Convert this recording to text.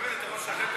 הנושא לוועדה